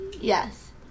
yes